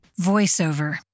VoiceOver